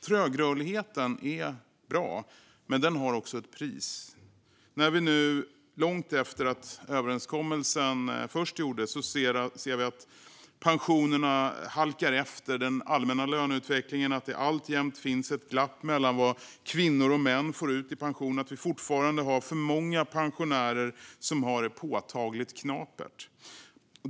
Trögrörligheten är bra, men den har också ett pris: Nu, långt efter att överenskommelsen gjordes, ser vi att pensionerna halkar efter den allmänna löneutvecklingen, att det alltjämt finns ett glapp mellan vad kvinnor och män får ut i pension och att vi fortfarande har för många pensionärer som har det påtagligt knapert.